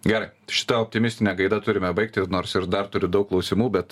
gerai šita optimistine gaida turime baigti nors ir dar turiu daug klausimų bet